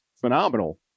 phenomenal